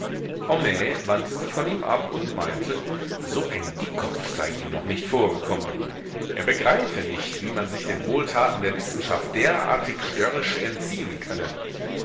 wandte sich von ihm ab und meinte so ein dickkopf sei ihm noch nicht vorgekommen er begreife nicht wie man sich den wohltaten der wissenschaft derartig störrisch entziehen könne